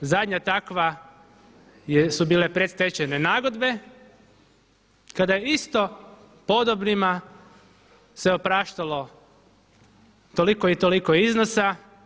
Zadnja takva su bile predstečajne nagodbe kada je isto podobnima se opraštalo toliko i toliko iznosa.